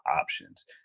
options